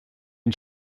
and